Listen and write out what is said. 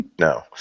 No